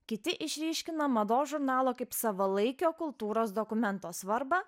kiti išryškina mados žurnalo kaip savalaikio kultūros dokumento svarbą